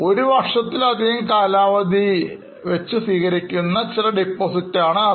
ഒരു വർഷത്തിലധികം കാലാവധി വെച്ച് സ്വീകരിക്കുന്ന നിക്ഷേപങ്ങൾ ആണത്